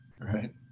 right